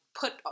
put